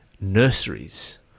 nurseries